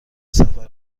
سفر